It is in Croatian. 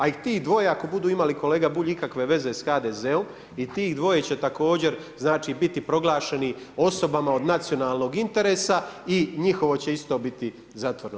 A i tih dvoje ako budu imali kolega Bulj, ikakve veze sa HDZ-om, i tih dvoje će također biti proglašeni osobama od nacionalnog interesa i njihovo će isto zatvoreno.